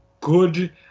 good